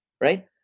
Right